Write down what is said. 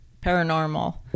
paranormal